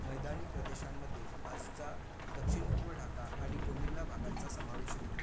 मैदानी प्रदेशांमध्ये आजचा दक्षिणपूर्व ढाका आणि कोमिल्ला भागांचा समावेश होतो